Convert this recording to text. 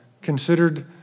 considered